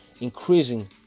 increasing